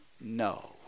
No